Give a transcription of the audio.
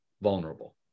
vulnerable